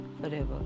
forever